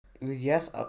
Yes